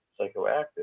psychoactive